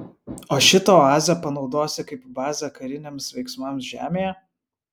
o šitą oazę panaudosi kaip bazę kariniams veiksmams žemėje